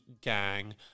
gang